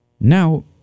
Now